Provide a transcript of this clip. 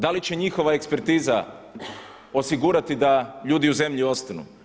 Da li će njihova ekspertiza osigurati da ljudi u zemlji ostanu?